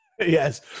Yes